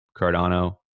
Cardano